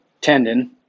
tendon